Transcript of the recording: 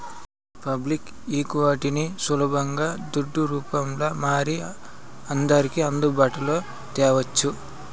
public ఈక్విటీని సులబంగా దుడ్డు రూపంల మారి అందర్కి అందుబాటులో తేవచ్చు